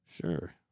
sure